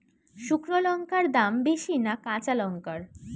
শুক্নো লঙ্কার দাম বেশি না কাঁচা লঙ্কার?